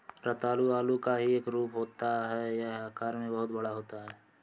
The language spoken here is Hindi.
रतालू आलू का ही एक रूप होता है यह आकार में बहुत बड़ा होता है